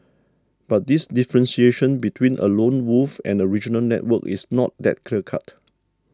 but this differentiation between a lone wolf and a regional network is not that clear cut